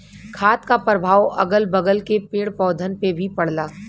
खाद क परभाव अगल बगल के पेड़ पौधन पे भी पड़ला